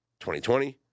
2020